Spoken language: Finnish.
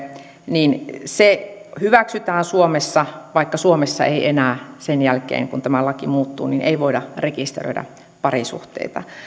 hyväksytään suomessa vaikka suomessa ei enää sen jälkeen kun tämä laki muuttuu voida rekisteröidä parisuhteita